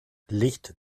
licht